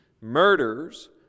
murders